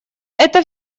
это